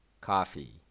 Coffee